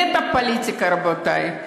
נטו פוליטיקה, רבותי.